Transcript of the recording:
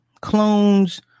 clones